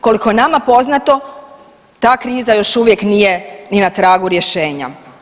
Koliko je nama poznato ta kriza još uvijek nije ni na tragu rješenja.